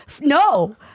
No